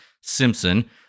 Simpson